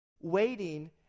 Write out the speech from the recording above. Waiting